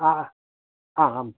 ആ ആ ആ